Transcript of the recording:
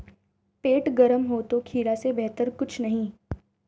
पेट गर्म हो तो खीरा से बेहतर कुछ नहीं